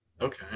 Okay